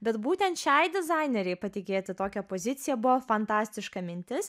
bet būtent šiai dizainerei patikėti tokią poziciją buvo fantastiška mintis